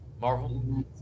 Marvel